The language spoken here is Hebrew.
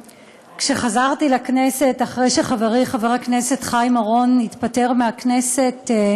כשחזרתי לכנסת אחרי שחברי חבר הכנסת חיים אורון התפטר מהכנסת,